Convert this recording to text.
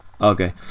Okay